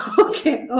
Okay